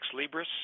Libris